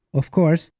of course,